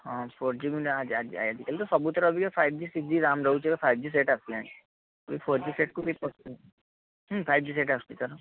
ହଁ four G ଆଜିକାଲି ତ ସବୁଥିରେ ଫାଇଭ୍ ଜି ବି ସିକ୍ସ ଜି ରାମ୍ ରହୁଛି ଏବେ ଫାଇଭ୍ ଜି ସେଟ୍ ଆସିଲାଣି କେହି ଫୋର୍ ଜି ସେଟ୍କୁ କେହି ଫାଇଭ୍ ଜି ସେଟ୍ ଆସୁଛି ତାର